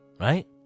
right